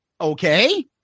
okay